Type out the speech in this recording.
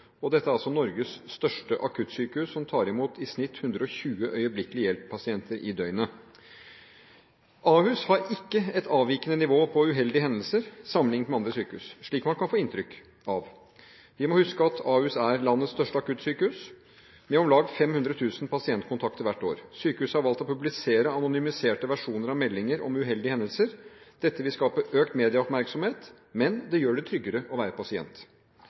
og dette er også Norges største akuttsykehus, som tar imot i snitt 120 øyeblikkelig-hjelp-pasienter i døgnet. Ahus har ikke et avvikende nivå på uheldige hendelser sammenlignet med andre sykehus, slik man kan få inntrykk av. Vi må huske at Ahus er landets største akuttsykehus, med om lag 500 000 pasientkontakter hvert år. Sykehuset har valgt å publisere anonymiserte versjoner av meldinger om uheldige hendelser. Dette vil skape økt medieoppmerksomhet, men det gjør det tryggere å være pasient.